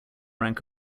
rank